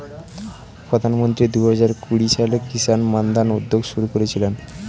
প্রধানমন্ত্রী দুহাজার কুড়ি সালে কিষান মান্ধান উদ্যোগ শুরু করেছিলেন